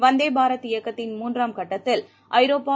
வந்தே பாரத் இயக்கத்தின் மூன்றாம் கட்டத்தில் ஐரோப்பா